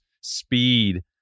speed